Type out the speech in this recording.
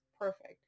perfect